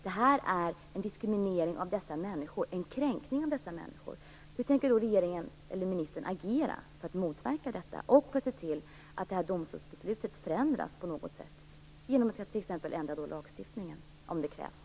Det är en diskriminering och en kränkning av dessa människor. Tänker ministern agera för att motverka detta och för att se till att domstolsbeslutet ändras, t.ex. genom ändrad lagstiftning om det krävs?